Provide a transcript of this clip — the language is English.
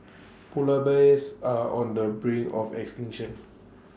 Polar Bears are on the brink of extinction